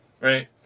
right